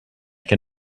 can